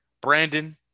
Brandon